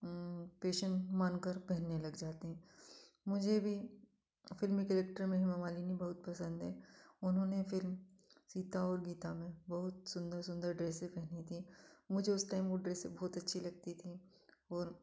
पेशन मानकर पहनने लग जाते हैं मुझे भी फ़िल्मी करैक्टर में हेमा मालिनी बहुत पसंद हैं उन्होंने फ़िल्म सीता और गीता में बहुत सुन्दर सुन्दर ड्रेसे पहनी थी मुझे उस टाइम वह ड्रेसे बहुत अच्छी लगती थी और